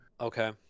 Okay